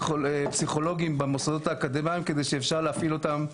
פסיכולוגים במוסדות האקדמיים כדי שיהיה אפשר להפעיל אותם.